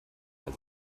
weil